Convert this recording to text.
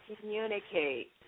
communicate